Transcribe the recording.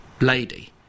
lady